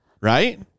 Right